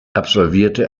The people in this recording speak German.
absolvierte